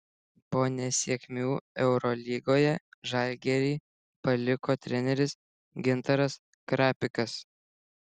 po nesėkmių eurolygoje žalgirį paliko treneris gintaras krapikas